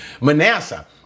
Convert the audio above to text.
Manasseh